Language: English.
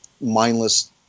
mindless